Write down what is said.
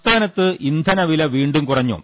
സംസ്ഥാനത്ത് ഇന്ധനവില വീണ്ടും കുറഞ്ഞു